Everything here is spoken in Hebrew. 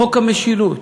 חוק המשילות,